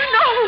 no